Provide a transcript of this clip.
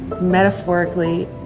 metaphorically